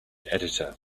editor